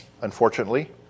unfortunately